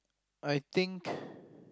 I think